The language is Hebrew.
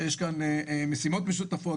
שיש כאן משימות משותפות,